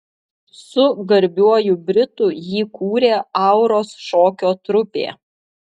su garbiuoju britu jį kūrė auros šokio trupė